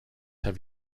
have